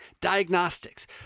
Diagnostics